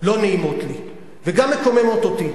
לא נעימות לי וגם מקוממות אותי,